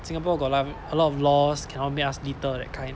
singapore got like a lot of laws cannot make us litter that kind